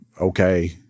okay